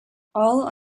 all